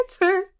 answer